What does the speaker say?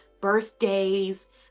birthdays